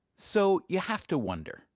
so, you have to wonder.